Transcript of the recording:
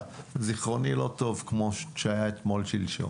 זכרוני לא טוב כמו שהיה תמול שלשום.